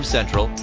Central